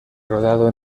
rodado